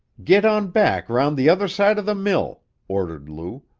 git on back round the other side of the mill! ordered lou.